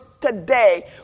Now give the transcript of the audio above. today